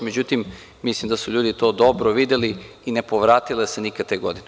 Međutim, mislim da su ljudi to dobro videli i ne povratile se nikada te godine.